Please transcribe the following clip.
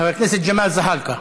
חבר הכנסת ג'מאל זחאלקה,